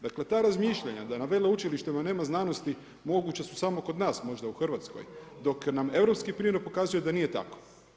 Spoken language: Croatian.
Dakle, ta razmišljanja da na veleučilištima nema znanosti, moguća su samo kod nas možda u Hrvatskoj, dok nam europski primjer pokazuje da nije tako.